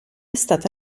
stata